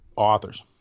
authors